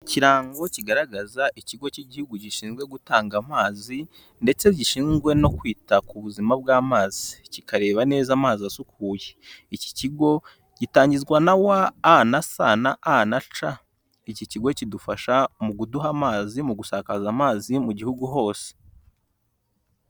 Ikirango kigaragaza ikigo cy'igihugu gishinzwe gutanga amazi ndetse gishinzwe no kwita ku buzima bw'amazi, kikareba neza amazi asukuye. Iki kigo gitangizwa na wa, a, na sa na a na c, iki kigo kidufasha mu kuduha amazi mu gusakaza amazi mu gihugu hose.